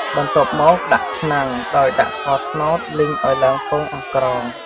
បន្ទាប់មកដាក់ឆ្នាំង ដោយដាក់ស្ករត្នោតលីងឱ្យឡើងពងអង្ក្រង។